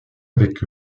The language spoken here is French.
avec